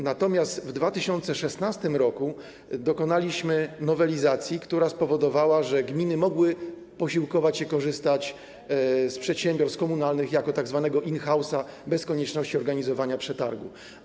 Natomiast w 2016 r. dokonaliśmy nowelizacji, która spowodowała, że gminy mogły posiłkować się, korzystać z przedsiębiorstw komunalnych w ramach tzw. in-house bez konieczności organizowania przetargów.